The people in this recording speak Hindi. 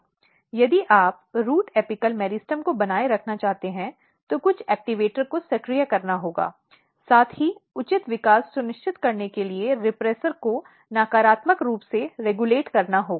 यदि आप रूट एपिकल मेरिस्टम को बनाए रखना चाहते हैं तो कुछ एक्टीवेटर को सक्रिय करना होगा साथ ही उचित विकास सुनिश्चित करने के लिए रिप्रेसेंट को नकारात्मक रूप से विनियमित करना होगा